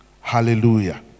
Hallelujah